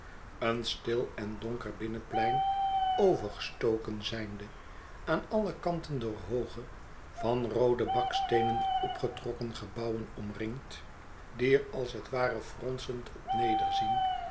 een stil en donker binnenplein overgestoken zijnde aan alle kanten door hooge van roode baksteenen opgetrokken gebouwen omringd die er als het ware fronsend op